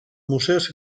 museos